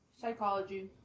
Psychology